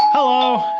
hello!